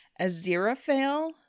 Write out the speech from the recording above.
aziraphale